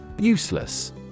Useless